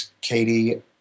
Katie